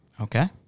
Okay